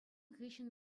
хыҫҫӑн